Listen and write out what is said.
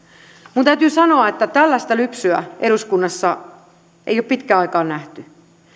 minun täytyy sanoa että tällaista lypsyä eduskunnassa ei ole pitkään aikaan nähty